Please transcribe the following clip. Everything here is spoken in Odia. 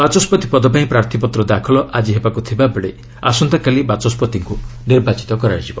ବାଚସ୍କତି ପଦପାଇଁ ପ୍ରାର୍ଥୀପତ୍ର ଦାଖଲ ଆକି ହେବାକୁ ଥିବାବେଳେ ଆସନ୍ତାକାଲି ବାଚସ୍ୱତିଙ୍କୁ ନିର୍ବାଚିତ କରାଯିବ